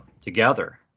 together